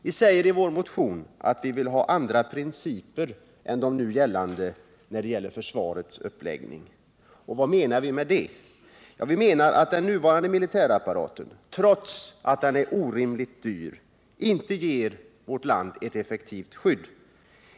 Vi säger i vår motion att vi vill ha andra principer än de nu gällande för försvarets uppläggning. Vad menar vi med det? Vi menar att den nuvarande militärapparaten trots att den är orimligt dyr inte ger vårt land ett effektivt skydd.